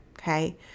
okay